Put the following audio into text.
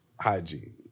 hygiene